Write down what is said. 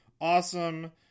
awesome